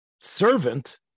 servant